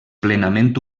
plenament